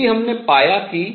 चूँकि हमने पाया कि